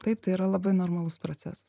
taip tai yra labai normalus procesas